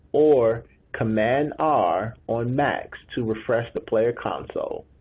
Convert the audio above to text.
or command r on macs, to refresh the player console.